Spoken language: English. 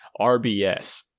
RBS